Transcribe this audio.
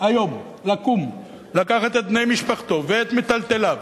היום לקום, לקחת את בני משפחתו ואת מיטלטליו,